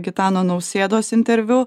gitano nausėdos interviu